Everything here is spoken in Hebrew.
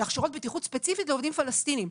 הכשרות בטיחות ספציפית לעובדים פלסטינים.